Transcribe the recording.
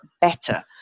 better